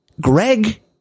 Greg